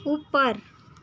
ઉપર